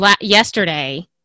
yesterday